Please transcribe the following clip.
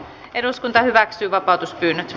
eduskunta hyväksyi vapautuspyynnöt